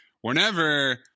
whenever